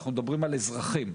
אנחנו מדברים על אזרחים,